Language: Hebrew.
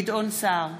גדעון סער,